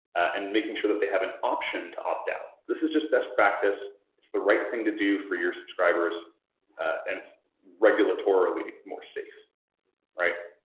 and making sure that they have an option to opt out. this is just best practice. it's the right thing to do for your subscribers and it's regulatorily more safe, all right?